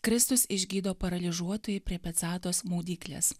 kristus išgydo paralyžiuotąjį prie betzatos maudyklės